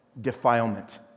defilement